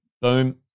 Boom